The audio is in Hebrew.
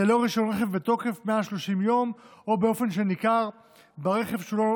ללא רישיון רכב בתוקף מעל 30 יום או באופן שניכר ברכב שהוא לא